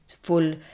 full